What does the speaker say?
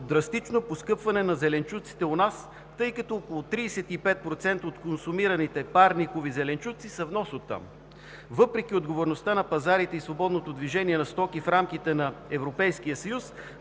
драстично поскъпване на зеленчуците у нас, тъй като около 35% от консумираните парникови зеленчуци са внос от там. Въпреки отговорността на пазарите и свободното движение на стоки в рамките на Европейския съюз,